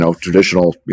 traditional